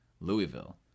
Louisville